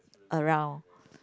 around